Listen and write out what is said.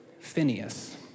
Phineas